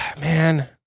man